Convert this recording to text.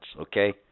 okay